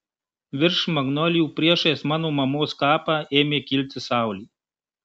virš magnolijų priešais mano mamos kapą ėmė kilti saulė